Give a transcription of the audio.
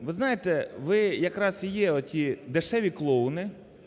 ви знаєте, ви якраз і є оті дешеві клоуни,